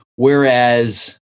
Whereas